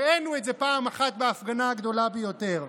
הראינו את זה פעם אחת בהפגנה הגדולה ביותר.